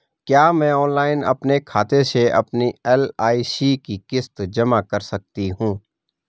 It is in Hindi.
क्या मैं ऑनलाइन अपने खाते से अपनी एल.आई.सी की किश्त जमा कर सकती हूँ?